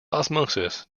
osmosis